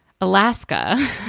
Alaska